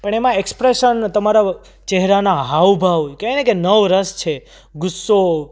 પણ એમાં એક્સપ્રેશન તમારા ચહેરાના હાવ ભાવ કહે ને કે નવ રસ છે ગુસ્સો